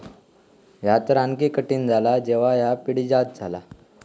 ह्या तर आणखी कठीण झाला जेव्हा ह्या पिढीजात झाला